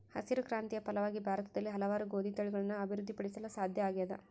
ಹಸಿರು ಕ್ರಾಂತಿಯ ಫಲವಾಗಿ ಭಾರತದಲ್ಲಿ ಹಲವಾರು ಗೋದಿ ತಳಿಗಳನ್ನು ಅಭಿವೃದ್ಧಿ ಪಡಿಸಲು ಸಾಧ್ಯ ಆಗ್ಯದ